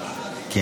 היושב-ראש.